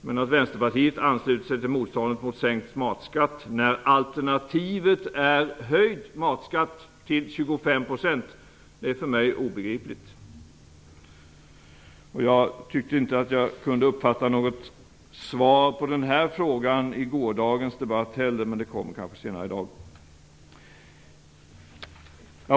Men att Vänsterpartiet ansluter sig till motståndet till sänkt matskatt, när alternativet är höjd matskatt till 25 %, är för mig obegripligt. Jag tyckte inte att jag kunde uppfatta något svar på den här frågan i gårdagens debatt heller, men det kommer kanske senare i dag.